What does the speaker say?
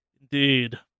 Indeed